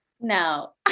no